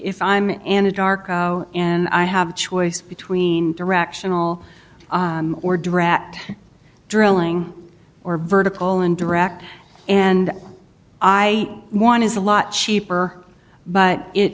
if i'm an a darko and i have a choice between directional or direct drilling or vertical and direct and i want is a lot cheaper but it